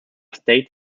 state